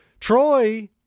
Troy